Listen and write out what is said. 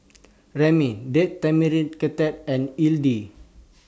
Ramen Date Tamarind and